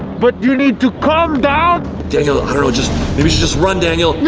but you need to calm down daniel just maybe just run daniel